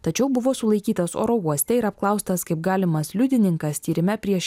tačiau buvo sulaikytas oro uoste ir apklaustas kaip galimas liudininkas tyrime prieš